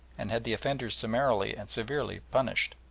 and had the offenders summarily and severely punished.